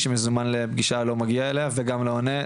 שמזומן לפגישה לא מגיעה אליה וגם לא עונה,